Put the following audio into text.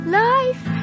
life